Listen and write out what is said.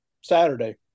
Saturday